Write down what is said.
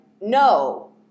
no